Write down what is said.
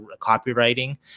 copywriting